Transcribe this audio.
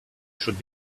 should